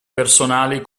personali